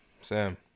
Sam